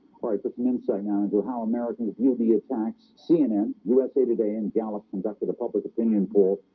all right put them inside now into how americans view the attacks cnn usa today in gallup conducted a public opinion poll.